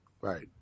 right